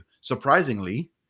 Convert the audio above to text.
surprisingly